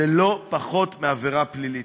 זה לא פחות מעבירה פלילית.